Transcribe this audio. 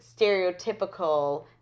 stereotypical